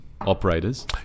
operators